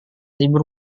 libur